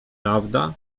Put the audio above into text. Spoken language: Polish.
prawda